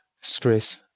stress